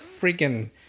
freaking